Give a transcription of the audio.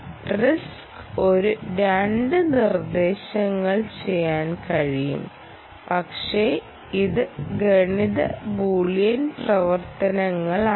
ആർഐഎസ്സിക്ക് ഒരു രണ്ട് നിർദ്ദേശങ്ങൾ ചെയ്യാൻ കഴിയും പക്ഷേ ഇത് ഗണിത ബൂളിയൻ പ്രവർത്തനങ്ങളാണ്